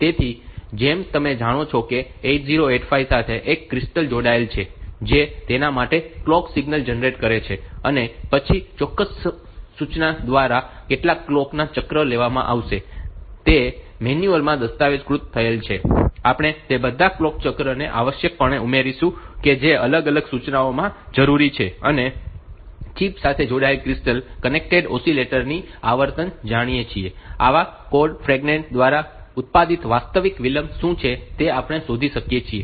તેથી જેમ તમે જાણો છો કે 8085 સાથે એક ક્રિસ્ટલ જોડાયેલ છે જે તેના માટે કલોક સિગ્નલ જનરેટ કરે છે અને પછી ચોક્કસ સૂચના દ્વારા કેટલા કલોક ના ચક્ર લેવામાં આવશે તે મેન્યુઅલ માં દસ્તાવેજીકૃત થયેલ છે આપણે તે બધા ક્લોક ચક્ર ને આવશ્યકપણે ઉમેરીશું કે જે અલગ અલગ સૂચનાઓમાં જરૂરી છે અને ચિપ સાથે જોડાયેલા ક્રિસ્ટલ કનેક્ટેડ ઓસિલેટર ની આવર્તન જાણીને આવા કોડ ફ્રેગમેન્ટ દ્વારા ઉત્પાદિત વાસ્તવિક વિલંબ શું છે તે આપણે શોધી શકીએ છીએ